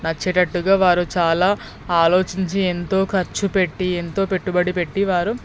నచ్చేటట్టుగా వారు చాలా ఆలోచించి ఎంతో ఖర్చు పెట్టి ఎంతో పెట్టుబడి పెట్టి వారు